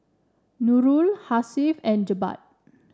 Nurul Hasif and Jebat